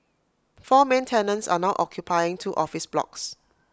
four main tenants are now occupying two office blocks